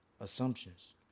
assumptions